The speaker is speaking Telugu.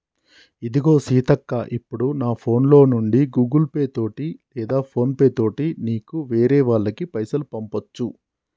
ఇదిగో సీతక్క ఇప్పుడు నా ఫోన్ లో నుండి గూగుల్ పే తోటి లేదా ఫోన్ పే తోటి నీకు వేరే వాళ్ళకి పైసలు పంపొచ్చు